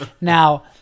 Now